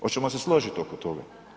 Hoćemo se složiti oko toga?